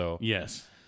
Yes